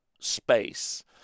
Space